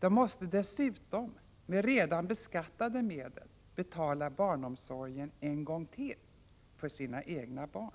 De måste dessutom, med redan beskattade medel, betala barnomsorgen en gång till för sina egna barn.